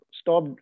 stop